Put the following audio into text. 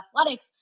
athletics